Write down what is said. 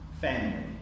family